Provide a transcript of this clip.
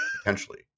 Potentially